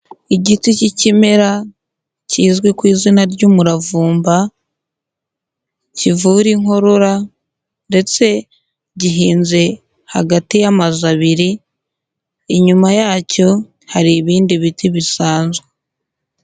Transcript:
Igiti cy'ikimera kizwi ku izina ry'umuravumba, kivura inkorora ndetse gihinze hagati y'amazu abiri, inyuma yacyo hari ibindi biti bisanzwe.